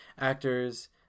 actors